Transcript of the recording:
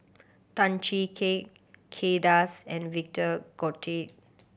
Tan Chee Kay Kay Das and Victor Doggett